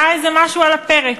היה איזה משהו על הפרק.